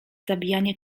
zabijanie